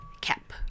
cap